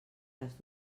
les